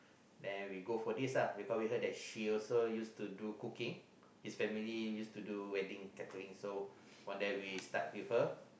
then we go for this lah because we heard that she also used to do cooking his family used to do wedding catering so on that we start prefer